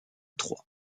trois